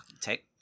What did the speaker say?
Take